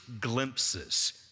glimpses